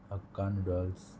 हक्का noodles